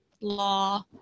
law